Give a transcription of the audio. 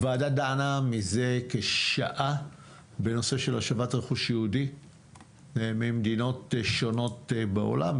הוועדה דנה מזה כשעה בנושא של השבת רכוש יהודי ממדינות שונות בעולם,